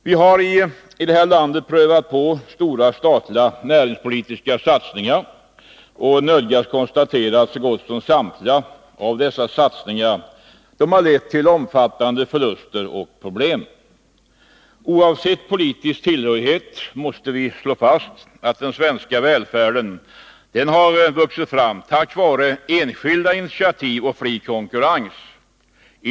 Vi har här i landet prövat på stora statliga näringspolitiska satsningar och nödgats konstatera att så gott som samtliga av dessa satsningar lett till omfattande förluster och problem. Oavsett politisk tillhörighet måste vi slå fast att den svenska välfärden vuxit fram tack vare enskilda initiativ och fri konkurrens.